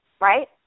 right